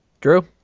drew